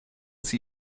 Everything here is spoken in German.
sie